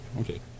okay